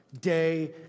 day